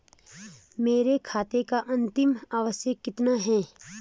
मेरे खाते का अंतिम अवशेष कितना है?